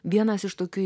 vienas iš tokių